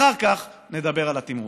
אחר כך נדבר על התמרוץ.